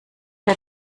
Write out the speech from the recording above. der